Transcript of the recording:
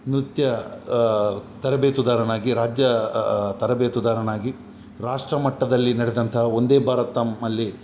ನೃತ್ಯ ತರಬೇತುದಾರನಾಗಿ ರಾಜ್ಯ ತರಬೇತುದಾರನಾಗಿ ರಾಷ್ಟ್ರಮಟ್ಟದಲ್ಲಿ ನಡೆದಂತಹ ವಂದೇ ಭಾರತಮ್ ಅಲ್ಲಿ